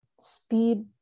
speed